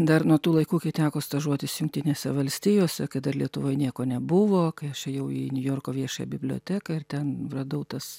dar nuo tų laikų kai teko stažuotis jungtinėse valstijose kai dar lietuvoj nieko nebuvo kai aš ėjau į niujorko viešąją biblioteką ir ten radau tas